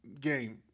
game